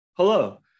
Hello